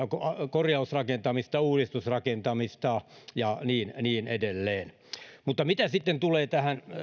korjausrakentamista uudistusrakentamista ja niin edelleen mitä sitten tulee tähän